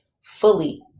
fully